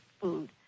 food